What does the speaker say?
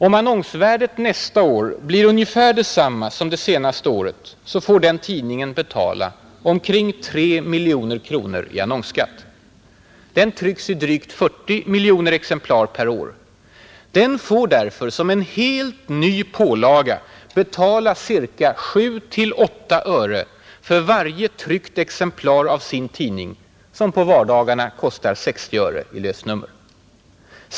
Om annonsvärdet nästa år blir ungefär detsamma som det senaste året får denna tidning betala omkring 3 miljoner kronor i annonsskatt. Den trycks i drygt 40 miljoner exemplar per år. Den får därför, som en helt ny pålaga, betala 7 ä 8 öre för varje tryckt exemplar av sin tidning, som på vardagarna kostar 60 öre i lösnummer.